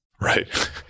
right